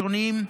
לשוניים,